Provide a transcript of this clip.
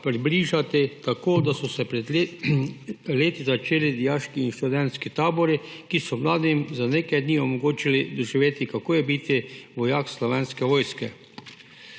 približati tako, da so se pred leti začeli dijaški in študentski tabori, ki so mladim za nekaj dni omogočili doživeti, kako je biti vojak Slovenske vojske. Odzivi